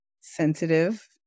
sensitive